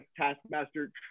Taskmaster